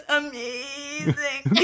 amazing